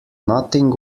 nothing